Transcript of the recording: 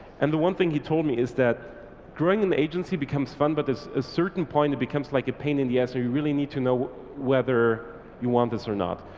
and the one thing he told me is that growing in the agency becomes fun but there's a certain point it becomes like a pain in the ass, so you really need to know whether you want this or not.